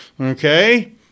Okay